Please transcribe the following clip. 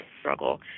struggle